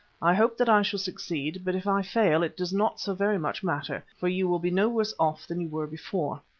i hope that i shall succeed, but if i fail it does not so very much matter, for you will be no worse off than you were before.